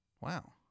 Wow